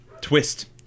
twist